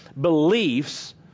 beliefs